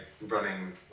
running